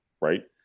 right